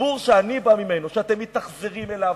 לציבור שאני בא ממנו, שאתם מתאכזרים אליו,